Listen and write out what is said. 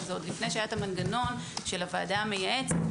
זה עוד לפני שהיה המנגנון של הוועדה המייעצת,